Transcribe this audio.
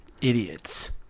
Idiots